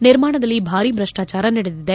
ನಿರ್ಮಾಣದಲ್ಲಿ ಭಾರೀ ಭ್ರಷ್ಟಾಚಾರ ನಡೆದಿದೆ